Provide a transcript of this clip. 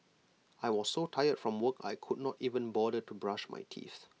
I was so tired from work I could not even bother to brush my teeth